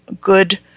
good